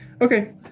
Okay